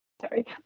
sorry